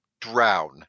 drown